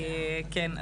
כן,